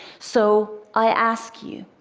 so i ask you,